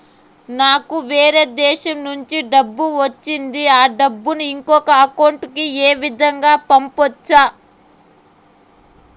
నాకు వేరే దేశము నుంచి డబ్బు వచ్చింది ఆ డబ్బును ఇంకొక అకౌంట్ ఏ విధంగా గ పంపొచ్చా?